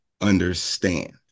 understand